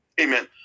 Amen